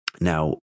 Now